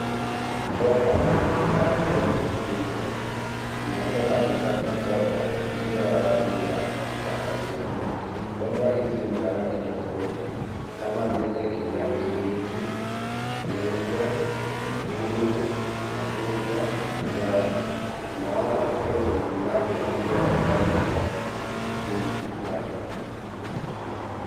Bomba zinaonekana kuwa zimekunjwa. Zimewekwa katika mkoba ulio wa rangi ya kahawia. Bomba hizi ni za rangi tofauti kama vile kijani kibichi, nyeupe, nyekundu, machungwa na njano. Tunaona pia kuna mlango ulio wa rangi ya nyekundu kando.